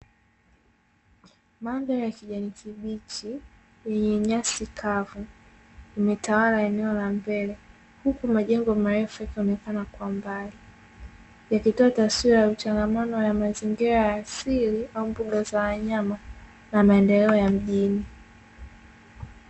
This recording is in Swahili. Mandhari ya kijani kibichi yenye nyasi kavu zimetawala eneo la mbele, huku majengo marefu yakionekana kwa mbali, yakitoa taswira ya uchangamano wa mazingira ya asili na mbuga za wanyama kwa maendeleo ya mjini.